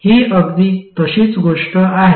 हि अगदी तशीच गोष्ट आहे